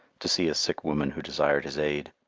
to see a sick woman who desired his aid.